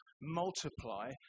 multiply